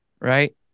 Right